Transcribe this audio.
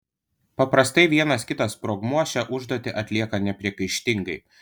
paprastai vienas kitas sprogmuo šią užduotį atlieka nepriekaištingai